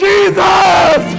Jesus